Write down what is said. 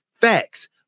Facts